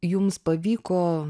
jums pavyko